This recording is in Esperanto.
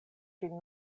ĝin